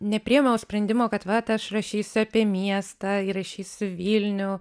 nepriėmiau sprendimo kad vat aš rašysiu apie miestą įrašysiu vilnių